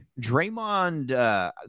Draymond